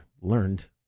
learned